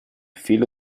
filo